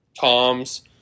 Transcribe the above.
toms